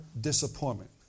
disappointment